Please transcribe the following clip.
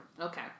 Okay